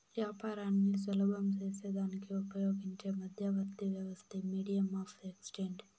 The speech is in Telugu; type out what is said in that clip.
యాపారాన్ని సులభం సేసేదానికి ఉపయోగించే మధ్యవర్తి వ్యవస్థే మీడియం ఆఫ్ ఎక్స్చేంజ్